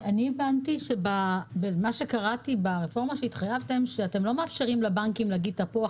ממה שקראתי ברפורמה שהתחייבתם הבנתי שאתם לא מאפשרים לבנקים לומר תפוח,